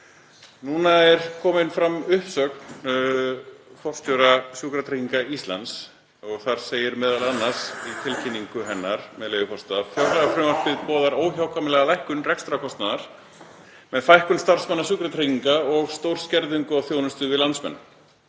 Núna er komin fram uppsögn forstjóra Sjúkratrygginga Íslands og það segir m.a. í tilkynningu hennar, með leyfi forseta: „Fjárlagafrumvarpið boðar óhjákvæmilega lækkun rekstrarkostnaðar með fækkun starfsmanna Sjúkratrygginga og stórskerðingu á þjónustu við landsmenn.“